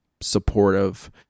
supportive